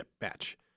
match